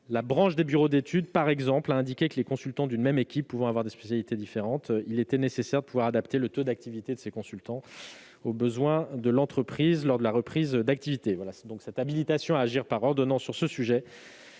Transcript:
La branche des bureaux d'études, par exemple, a indiqué que les consultants d'une même équipe pouvaient avoir des spécialités différentes. Il est donc nécessaire de pouvoir adapter le taux d'activité de ces consultants aux besoins de l'entreprise, lors de la reprise d'activité. Cette habilitation à agir par ordonnances est